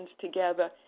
together